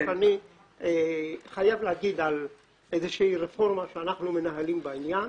אני חייב לספר על רפורמה שאנחנו מנהלים בעניין: